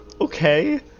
okay